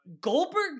Goldberg